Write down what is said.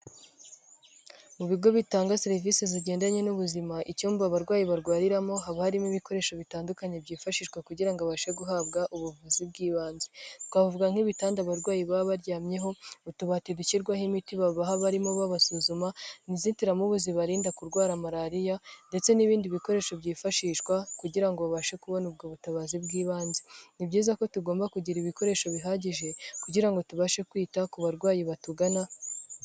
Mu bigo bitanga serivise zigendanye n'ubuzima, icyumba abarwayi barwariramo haba harimo ibikoresho bitandukanye byifashishwa kugira ngo abashe guhabwa ubuvuzi bw'ibanze, twavuga nk'ibitanda abarwayi baba baryamyeho, utubati dushyirwaho imiti babaha barimo babasuzuma, inzitiramubu zibarinda kurwara malariya ndetse n'ibindi bikoresho byifashishwa kugira ngo babashe kubona ubwo butabazi bw'ibanze. Ni byiza ko tugomba kugira ibikoresho bihagije kugira ngo tubashe kwita ku barwayi batugana.